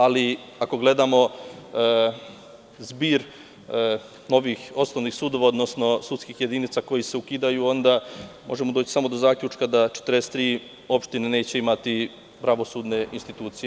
Ali, ako gledamo zbir osnovnih sudova, odnosno sudskih jedinica koji se ukidaju, onda možemo doći samo da zaključka da 43 opština neće imati pravosudne institucije.